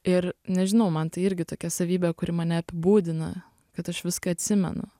ir nežinau man tai irgi tokia savybė kuri mane apibūdina kad aš viską atsimenu